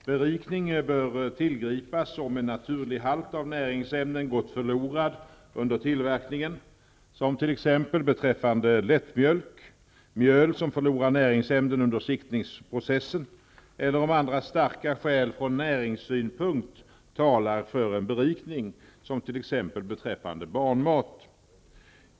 Berikning bör tillgripas om en naturlig halt av näringsämnen gått förlorad under tillverkningen, t.ex. beträffande lättmjölk, mjöl som förlorar näringsämnen under siktningsprocessen eller om andra starka skäl från näringssynpunkt talar för en berikning, t.ex. beträffande barnmat.